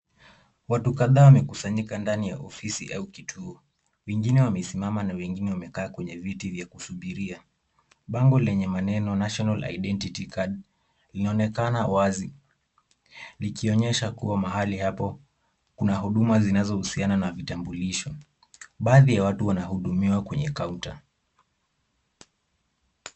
Watu kadhaa wamekusanyika ndani ya ofisi au kituo, wengine wamesimama na wengine wamekaa kwenye viti vya kusubiria, bango lenye maneno National Identity Card, linaonekana wazi. Likionyesha kuwa mahali hapo kuna huduma zinazohusiana na vitambulisho, baadhi ya watu wanahudumiwa kwenye counter.